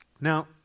Now